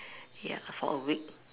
ya for a week